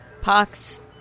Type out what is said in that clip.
Pox